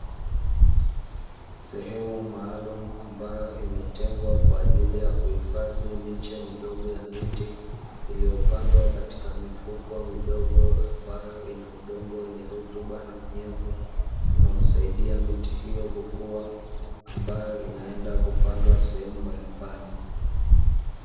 Sehemu maalumu ambayo imetengwa wka ajili ya kuhifadhi miche midogo ya miti iliyopandwa katika mifuko midogo, ambayo ina udongo wa rutuba na unyevu unaosaidia miti hiyo kukua ambayo inaenda kupandwa sehemu mbalimbali.